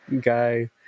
guy